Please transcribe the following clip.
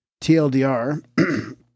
TLDR